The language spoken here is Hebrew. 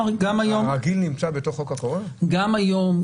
גם היום,